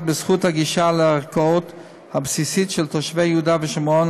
בזכות הבסיסית של גישה לערכאות של תושבי יהודה ושומרון,